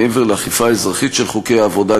מעבר לאכיפה אזרחית של חוקי העבודה,